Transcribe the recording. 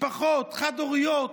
משפחות חד-הוריות,